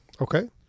Okay